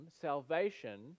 salvation